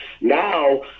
now